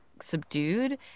subdued